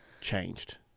changed